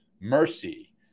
Mercy